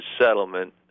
settlement